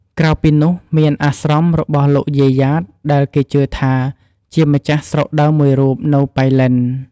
ក្រៅពីនោះមានអាស្រមរបស់លោកយាយយ៉ាតដែលគេជឿថា ជាម្ចាស់ស្រុកដើមមួយរូបនៅប៉ៃលិន។